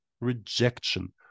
rejection